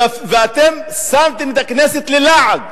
ואתם שמתם את הכנסת ללעג,